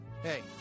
Hey